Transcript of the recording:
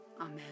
Amen